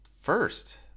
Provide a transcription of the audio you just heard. First